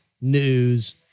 news